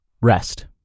rest